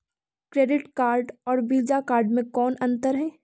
Credit card और Visa card मे कौन अन्तर है?